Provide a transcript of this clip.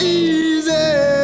easy